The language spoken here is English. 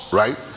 right